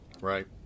Right